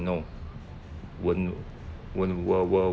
know won't won't will will